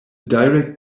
direct